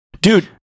Dude